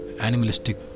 animalistic